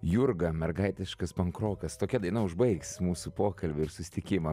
jurga mergaitiškas pankrokas tokia daina užbaigs mūsų pokalbį ir susitikimą